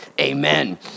amen